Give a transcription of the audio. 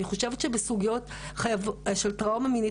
אני חושבת שבסוגיות של טראומה מינית